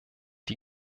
die